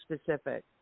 specific